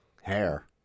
hair